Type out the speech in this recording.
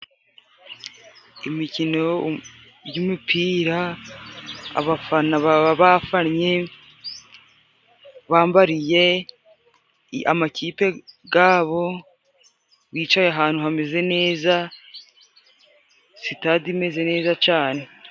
Imikino y'umupira abafana baba bafannye. Bambariye amakipe gabo, bicaye ahantu hameze neza, sitade imeze neza cane.